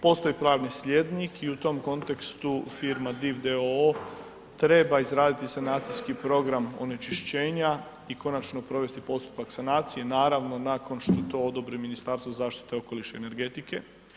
Postoji pravni slijednik i u tom kontekstu firma DIV d.o.o. treba izraditi sanacijski program onečišćenja i konačno provesti postupak sanacije, naravno nakon što odobri Ministarstvo zaštite okoliša i energetike.